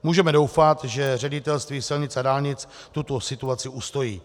Můžeme doufat, že Ředitelství silnic a dálnic tuto situaci ustojí.